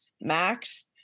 Max